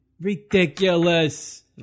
Ridiculous